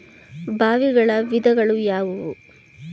ಬಾವಿಗಳ ವಿಧಗಳು ಯಾವುವು?